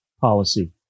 policy